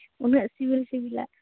ᱩᱱᱟᱹᱜ ᱥᱤᱵᱤᱞ ᱥᱤᱵᱤᱞᱟᱜ